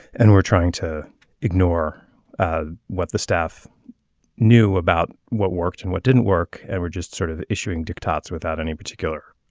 and we're trying to ignore ah what the staff knew about what worked and what didn't work. and we're just sort of issuing dictates without any particular